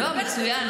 לא, מצוין.